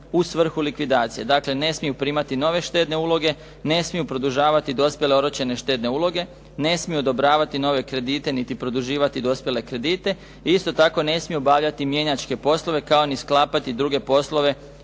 u svrhu likvidacije. Dakle, ne smiju primati nove štedne uloge, ne smiju produžavati dospjele oročene štedne uloge, ne smiju odobravati nove kredite niti produživati dospjele kredite. Isto tako ne smiju obavljati mijenjačke poslove kao ni sklapati druge poslove